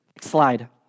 Slide